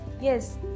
yes